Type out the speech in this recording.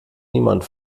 niemand